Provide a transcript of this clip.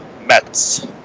Mets